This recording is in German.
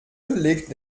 legt